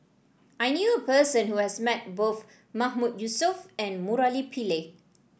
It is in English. I knew a person who has met both Mahmood Yusof and Murali Pillai